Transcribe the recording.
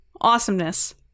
awesomeness